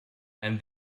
and